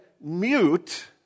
mute